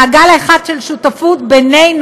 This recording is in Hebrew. מעגל אחד של שותפות בינינו,